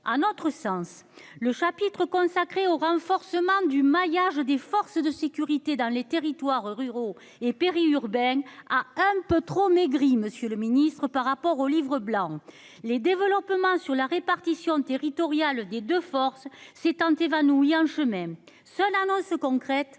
à notre sens, le chapitre consacré au renforcement du maillage des forces de sécurité dans les territoires ruraux et péri-urbaines ah un peu trop maigri, Monsieur le Ministre, par rapport au livre blanc les développements sur la répartition territoriale des 2 forces s'étant évanouie chemin seule annonce concrète,